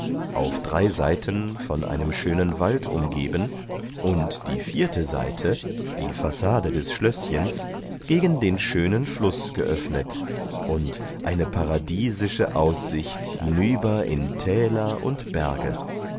auf drei seiten von einem schönen wald umgeben und die vierte seite die fassade des schlößchens gegen den schönen fluß geöffnet und eine paradiesische aussicht hinüber in täler und berge und